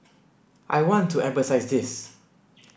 I want to emphasise this